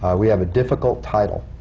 we have a difficult title.